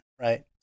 right